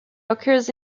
occur